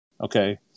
Okay